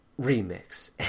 remix